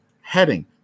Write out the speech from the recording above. heading